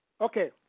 Okay